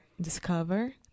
discover